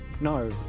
no